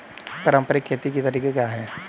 पारंपरिक खेती के तरीके क्या हैं?